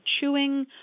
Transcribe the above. chewing